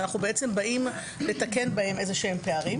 אנחנו באים לתקן בהם פערים.